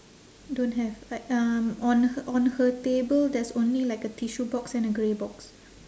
don't have like um on h~ on her table there's only like a tissue box and a grey box